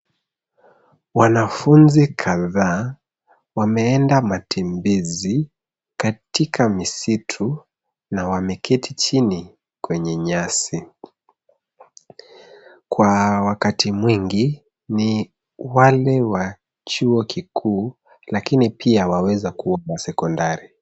Wanafunzi kadhaa wameenda matembezi katika misitu, na wameketi chini kwenye nyasi. Kwa wakati mwingi, ni wale wa chuo kikuu, lakini pia waweza kuwa wa sekondari.